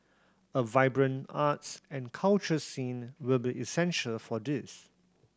a vibrant arts and culture scene will be essential for this